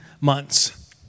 months